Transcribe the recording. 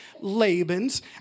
Laban's